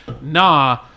nah